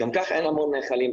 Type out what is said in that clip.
גם כך אין הרבה נחלים.